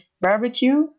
barbecue